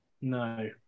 No